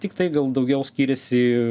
tiktai gal daugiau skiriasi